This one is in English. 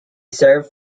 served